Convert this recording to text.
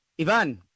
Ivan